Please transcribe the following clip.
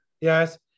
Yes